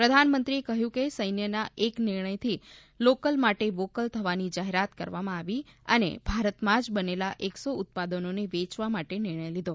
પ્રધાનમંત્રીએ કહ્યું કે સૈન્યના એક નિર્ણયથી લોકલ માટે વોકલ થવાની જાહેરાત કરવામાં આવી અને ભારતમાં જ બનેલા એક્સો ઉત્પાદનોને વેચવા માટે નિર્ણય લીધો